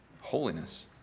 Holiness